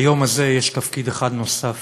ליום הזה יש תפקיד אחד נוסף: